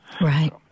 Right